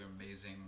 amazing